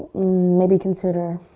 maybe consider